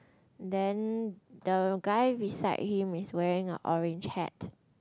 then the guy beside him is wearing a orange hat